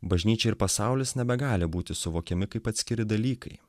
bažnyčia ir pasaulis nebegali būti suvokiami kaip atskiri dalykai